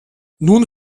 nun